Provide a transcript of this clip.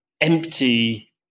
empty